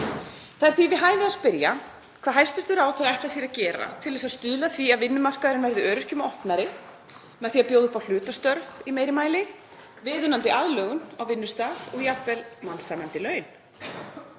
Það er því við hæfi að spyrja hvað hæstv. ráðherra ætlar sér að gera til að stuðla að því að vinnumarkaðurinn verði öryrkjum opnari með því að bjóða upp á hlutastörf í meiri mæli, viðunandi aðlögun á vinnustað og jafnvel mannsæmandi laun.